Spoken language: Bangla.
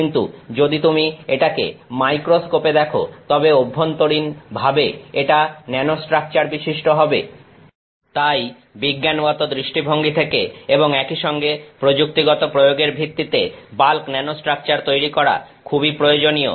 কিন্তু যদি তুমি এটাকে মাইক্রোস্কোপ এ দেখো তবে অভ্যন্তরীণভাবে এটা ন্যানোস্ট্রাকচার বিশিষ্ট হবে তাই বিজ্ঞানগত দৃষ্টিভঙ্গি থেকে এবং একইসঙ্গে প্রযুক্তিগত প্রয়োগের ভিত্তিতে বাল্ক ন্যানোস্ট্রাকচার তৈরি করা খুবই প্রয়োজনীয়